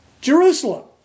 Jerusalem